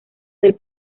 del